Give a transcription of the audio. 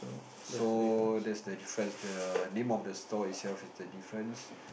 so that's the difference the name of the store itself is the difference